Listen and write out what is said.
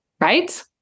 Right